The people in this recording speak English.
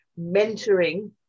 mentoring